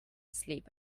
sleep